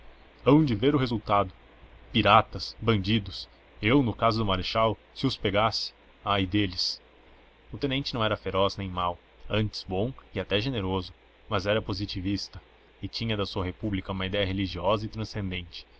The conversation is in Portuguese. de ver o resultado piratas bandidos eu no caso do marechal se os pegasse ai deles o tenente não era feroz nem mau antes bom e até generoso mas era positivista e tinha da sua república uma idéia religiosa e transcendente